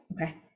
okay